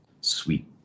sweet